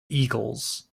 eagles